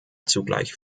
zugleich